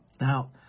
Now